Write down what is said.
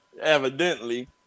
evidently